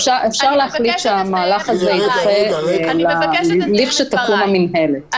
אפשר להחליט שהמהלך הזה יידחה לכשתקום המנהלת,